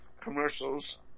commercials